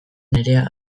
nerea